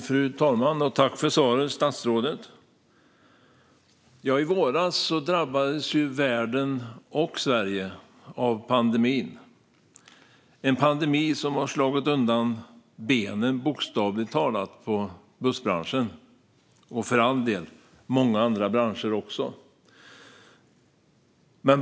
Fru talman! Tack för svaret, statsrådet! Ja, i våras drabbades världen och Sverige av pandemin, en pandemi som formligen slagit undan benen på bussbranschen och för all del också många andra branscher.